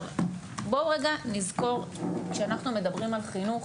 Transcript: בואו רגע נזכור, כשאנחנו מדברים על חינוך,